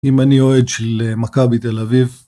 אם אני אוהד של מכבי תל אביב